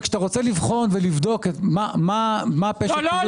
וכשאתה רוצה לבחון ולבדוק מה פשר --- לא,